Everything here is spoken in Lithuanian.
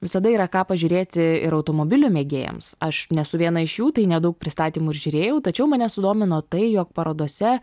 visada yra ką pažiūrėti ir automobilių mėgėjams aš nesu viena iš jų tai nedaug pristatymų ir žiūrėjau tačiau mane sudomino tai jog parodose